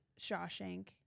Shawshank